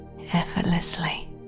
effortlessly